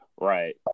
right